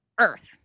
Earth